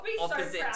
opposite